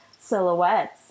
silhouettes